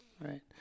Right